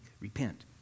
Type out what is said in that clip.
Repent